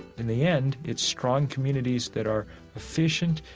in the end, it's strong communities that are efficient,